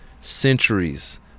centuries